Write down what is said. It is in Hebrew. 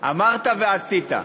אמרת ועשית.